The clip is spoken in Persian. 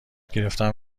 گرفنم